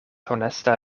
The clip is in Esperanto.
honesta